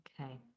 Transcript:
Okay